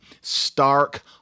stark